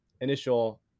initial